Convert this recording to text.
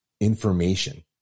information